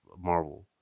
Marvel